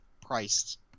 priced